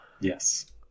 yes